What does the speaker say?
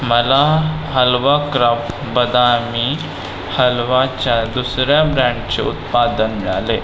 मला हलवा क्राफ्ट बदामी हलवाच्या दुसर्या ब्रँडचे उत्पादन मिळाले